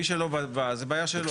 מי שלא בא, זו בעיה שלא.